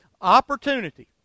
opportunity